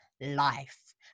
life